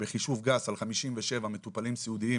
ובחישוב גס על 57,000 מטופלים סיעודיים